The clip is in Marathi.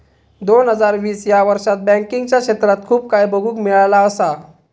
दोन हजार वीस ह्या वर्षात बँकिंगच्या क्षेत्रात खूप काय बघुक मिळाला असा